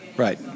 Right